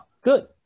good